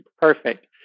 Perfect